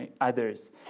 others